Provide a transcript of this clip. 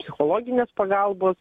psichologinės pagalbos